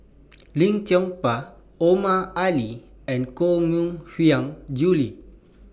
Lim Chong Pang Omar Ali and Koh Mui Hiang Julie